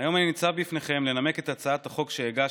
היום אני ניצב בפניכם לנמק את הצעת החוק שהגשתי,